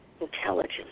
intelligence